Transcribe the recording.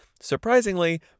Surprisingly